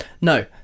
No